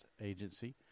agency